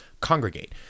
congregate